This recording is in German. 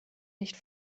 nicht